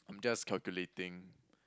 I'm just calculating